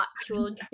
actual